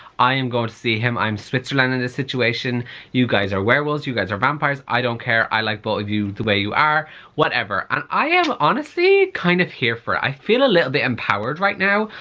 i am going to see him i'm switzerland in this situation you guys are werewolves you guys are vampires i don't care i like both of you the way you are whatever. and i am honestly kind of here for it. i feel a little bit empowered right now,